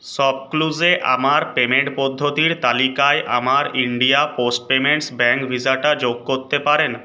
শপক্লুজে আমার পেমেন্ট পদ্ধতির তালিকায় আমার ইন্ডিয়া পোস্ট পেমেন্টস ব্যাঙ্ক ভিসাটা যোগ করতে পারেন